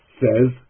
says